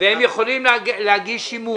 והם יכולים להגיש שימוע על זה.